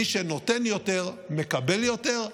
מי שנותן יותר מקבל יותר,